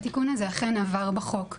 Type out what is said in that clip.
התיקון הזה אכן עבר בחוק,